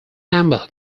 amber